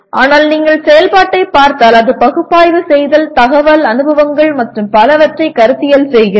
ஆனால் நீங்கள் செயல்பாட்டைப் பார்த்தால் அது பகுப்பாய்வு செய்தல் தகவல் அனுபவங்கள் மற்றும் பலவற்றை கருத்தியல் செய்கிறது